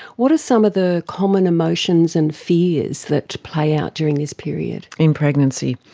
what are some of the common emotions and fears that play out during this period? in pregnancy?